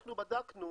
אנחנו בדקנו